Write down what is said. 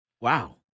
Wow